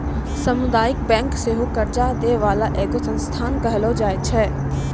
समुदायिक बैंक सेहो कर्जा दै बाला एगो संस्थान कहलो जाय छै